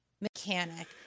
mechanic